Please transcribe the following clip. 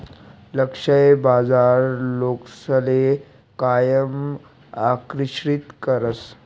लक्ष्य बाजार लोकसले कायम आकर्षित करस